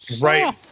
Right